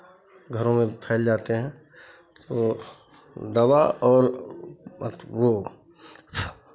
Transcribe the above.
घरों में फैल जाते हैं तो दवा और वो